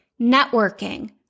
networking